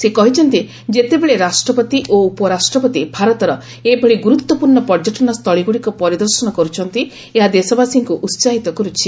ସେ କହିଛନ୍ତି ଯେତେବେଳେ ରାଷ୍ଟ୍ରପତି ଓ ଉପରାଷ୍ଟ୍ରପତି ଭାରତର ଏଭଳି ଗୁରୁତ୍ୱପୂର୍ଣ୍ଣ ପର୍ଯ୍ୟଟନ ସ୍ଥଳୀଗୁଡ଼ିକ ପରିଦର୍ଶନ କର୍ରଛନ୍ତି ଏହା ଦେଶବାସୀଙ୍କ ଉସାହିତ କର୍ରଛି